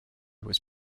was